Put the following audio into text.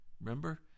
Remember